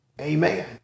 Amen